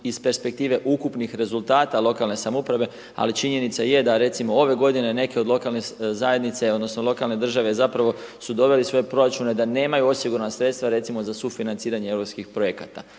iz perspektive ukupnih rezultata lokalne samouprave, ali činjenica je da recimo ove godine neke od lokalne zajednice odnosno lokalne države zapravo su doveli svoje proračune da nemaju osigurana sredstva recimo za sufinanciranje europskih projekata.